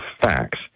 facts